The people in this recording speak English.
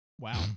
wow